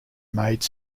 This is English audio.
made